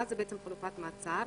מה זה חלופת מעצר?